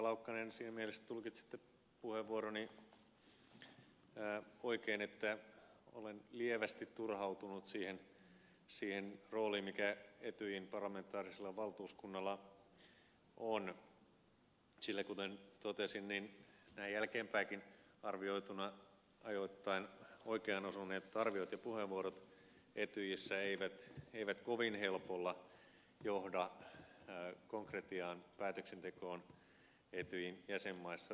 laukkanen siinä mielessä tulkitsitte puheenvuoroni oikein että olen lievästi turhautunut siihen rooliin mikä etyjin parlamentaarisella valtuuskunnalla on sillä kuten totesin näin jälkeenpäinkin arvioituna ajoittain oikeaan osuneet arviot ja puheenvuorot etyjissä eivät kovin helpolla johda konkretiaan päätöksentekoon etyjin jäsenmaissa